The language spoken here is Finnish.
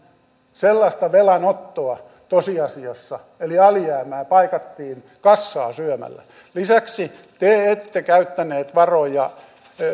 sellaista velanottoa tosiasiassa eli alijäämää paikattiin kassaa syömällä lisäksi te ette käyttäneet varoja